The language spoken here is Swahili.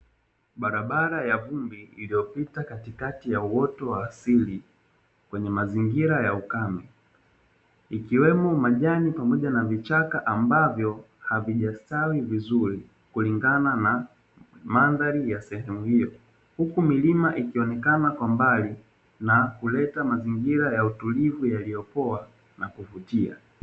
Barabara ya vumbi iliyopita katikati ya uoto wa asili kwenye mazingira ya ukame ikiwemo majani pamoja na vichaka ambavyo havijastawi vizuri kulingana na mandhari ya sehemu hiyo, huku milima ikionekana kwa mbali na kuleta mazingira ya utulivu yaliyopoa na kuvutia.